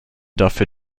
dafür